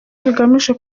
bigamije